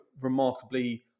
remarkably